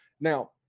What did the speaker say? Now